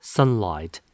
Sunlight